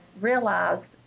realized